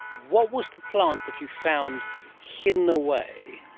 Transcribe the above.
what was the plants that you found hidden away,